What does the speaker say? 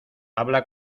habla